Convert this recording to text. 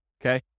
okay